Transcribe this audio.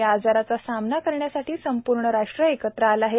या आजारचा सामना करण्यासाठी संपूर्ण राष्ट्र एकत्र आले आहे